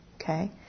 Okay